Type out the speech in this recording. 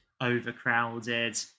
overcrowded